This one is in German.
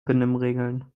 benimmregeln